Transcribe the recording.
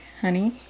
honey